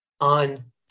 on